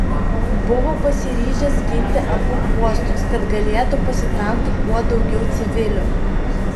buvo pasiryžęs ginti abu uostus kad galėtų pasitraukti kuo daugiau civilių